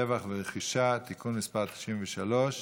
(שבח ורכישה) (תיקון מס' 93)